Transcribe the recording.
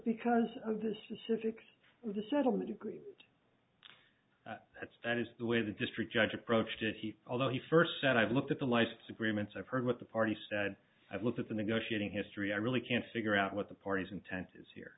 specifics of the settlement agreement that's that is the way the district judge approached it he although he first said i've looked at the license agreements i've heard what the party said i looked at the negotiating history i really can't figure out what the parties intent is here